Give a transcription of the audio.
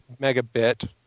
megabit